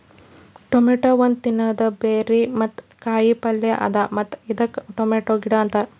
tomato ಒಂದ್ ತಿನ್ನದ berry ಮತ್ತ ಕಾಯಿ ಪಲ್ಯ ಅದಾ ಮತ್ತ ಇದಕ್ ಟೊಮೇಟೊ ಗಿಡ ಅಂತಾರ್